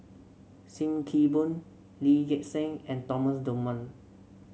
Sim Kee Boon Lee Gek Seng and Thomas Dunman